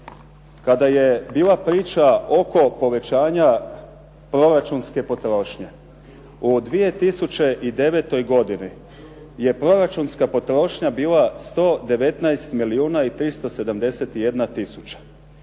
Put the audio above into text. kada je bila priča oko povećanja proračunske potrošnje. U 2009. godini je proračunska potrošnja bila 119 milijuna i 371 tisuća,